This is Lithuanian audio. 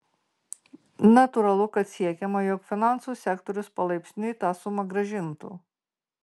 natūralu kad siekiama jog finansų sektorius palaipsniui tą sumą grąžintų